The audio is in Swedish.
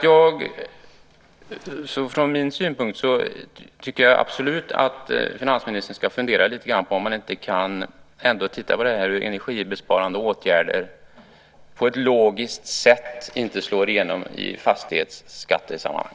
Jag tycker absolut att finansministern på ett logiskt sätt ska fundera lite grann på att detta med energibesparande åtgärder inte ska slå igenom i fastighetsskatten.